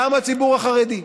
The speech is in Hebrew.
גם הציבור החרדי.